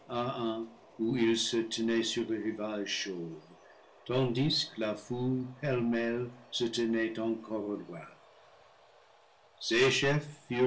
il se tenait sur le rivage chauve tandis que la foule pêle-mêle se tenait encore au loin